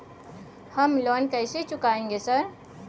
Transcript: हम लोन कैसे चुकाएंगे सर?